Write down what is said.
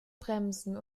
bremsen